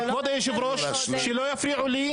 כבוד היושב-ראש, שלא יפריעו לי.